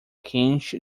quente